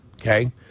okay